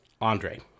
andre